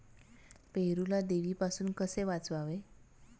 पेरूला देवीपासून कसे वाचवावे?